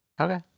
Okay